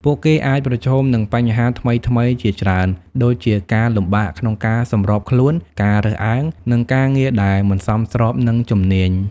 ពួកគេអាចប្រឈមនឹងបញ្ហាថ្មីៗជាច្រើន ដូចជាការលំបាកក្នុងការសម្របខ្លួន ការរើសអើង និងការងារដែលមិនសមស្របនឹងជំនាញ។